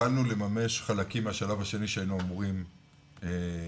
התחלנו לממש חלקים מהשלב השני שהיינו אמורים לבצע.